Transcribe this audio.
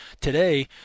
Today